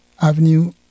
Avenue